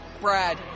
Brad